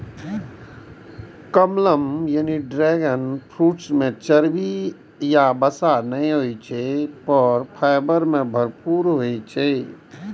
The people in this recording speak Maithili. कमलम यानी ड्रैगन फ्रूट मे चर्बी या वसा नै होइ छै, पर फाइबर भरपूर होइ छै